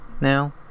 now